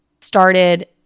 started